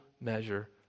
measure